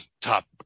top